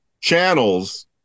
channels